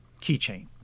keychain